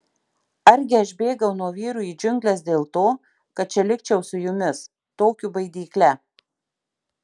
argi aš bėgau nuo vyrų į džiungles dėl to kad čia likčiau su jumis tokiu baidykle